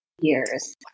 years